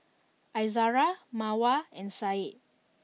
Izara Mawar and Syed